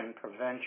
prevention